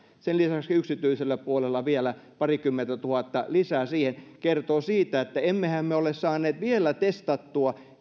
ja sen lisäksi yksityisellä puolella vielä parikymmentätuhatta lisää siihen kertoo siitä että emmehän me ole saaneet vielä testattua